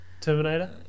Terminator